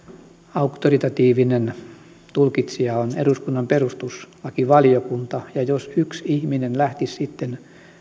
auktoritatiivinen tulkitsija on eduskunnan perustuslakivaliokunta jos yksi ihminen lähtisi sitten